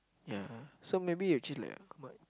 ya so maybe you change like how much